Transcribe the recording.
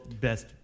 best